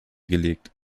gelegt